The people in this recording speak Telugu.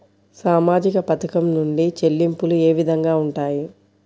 సామాజిక పథకం నుండి చెల్లింపులు ఏ విధంగా ఉంటాయి?